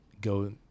go